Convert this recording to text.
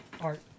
art